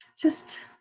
just